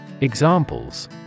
Examples